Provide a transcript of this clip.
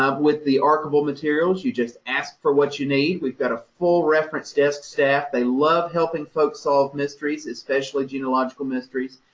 with the archival materials, you just ask for what you need. we've got a full reference desk staff, they love helping folks solve mysteries, especially genealogical mysteries,